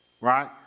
right